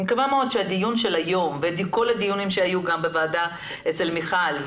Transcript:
אני מקווה מאוד שהדיון של היום וכל הדיונים שהיו בוועדה של מיכל,